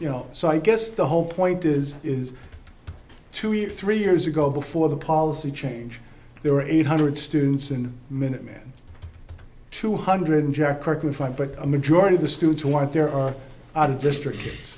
you know so i guess the whole point is is two years three years ago before the policy change there were eight hundred students in the minuteman two hundred jack kirkwood five but a majority of the students want there are other districts